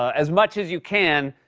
as much as you can,